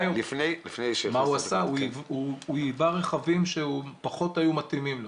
הוא ייבא רכבים שהם פחות היו מתאימים לו.